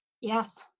yes